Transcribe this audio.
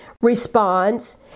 responds